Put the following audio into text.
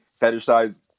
fetishize